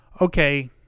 okay